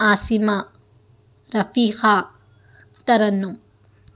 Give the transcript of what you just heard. Asma Rafiqa Tarannum